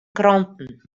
kranten